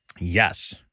yes